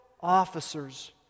officers